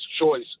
choice